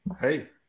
Hey